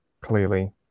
clearly